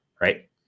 right